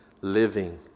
living